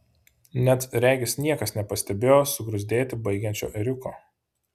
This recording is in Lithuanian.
net regis niekas nepastebėjo sugruzdėti baigiančio ėriuko